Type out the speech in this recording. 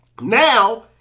now